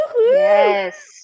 Yes